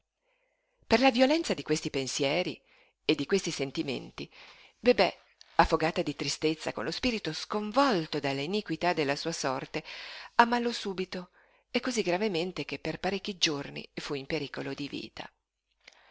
per la violenza di questi pensieri e di questi sentimenti bebè affogata di tristezza con lo spirito sconvolto dalla iniquità della sua sorte ammalò subito e cosí gravemente che per parecchi giorni fu in pericolo di vita